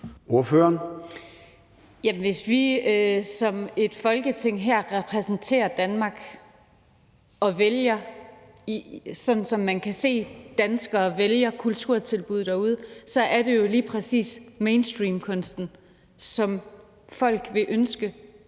Hvis vi som Folketing her repræsenterer Danmark, sådan som man kan se at danskere vælger kulturtilbud derude, så er det jo lige præcis mainstreamkunsten, som folk ville ønske